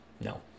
No